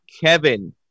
Kevin